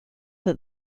that